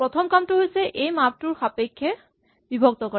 প্ৰথম কামটো হৈছে এই মাপটোৰ সাপেক্ষে বিভক্ত কৰা